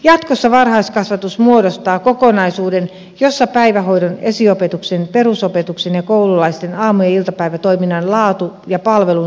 jatkossa varhaiskasvatus muodostaa kokonaisuuden jossa päivähoidon esiopetuksen perusopetuksen ja koululaisten aamu ja iltapäivätoiminnan laatu ja palvelun saumattomuus turvataan